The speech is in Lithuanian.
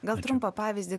gal trumpą pavyzdį